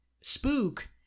Spook